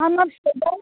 मा मा फिथाइ दं